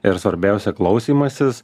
ir svarbiausia klausymasis